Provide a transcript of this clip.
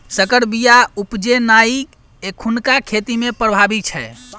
सँकर बीया उपजेनाइ एखुनका खेती मे प्रभावी छै